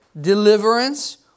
deliverance